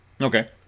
Okay